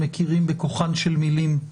מכירים בכוחן של מילים,